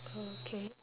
okay